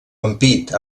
ampit